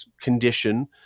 condition